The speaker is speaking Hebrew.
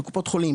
בקופות חולים,